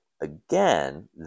again